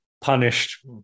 punished